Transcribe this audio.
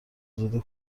ازاده